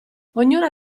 ognuna